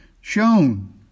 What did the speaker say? shown